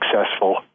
successful